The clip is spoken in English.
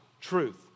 truth